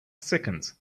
seconds